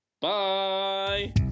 Bye